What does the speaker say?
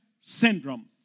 syndrome